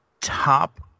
top